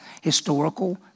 historical